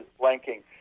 blanking